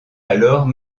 alors